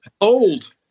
old